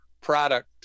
product